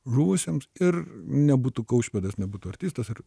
žuvusiems ir nebūtų kaušpėdas nebūtų artistas ir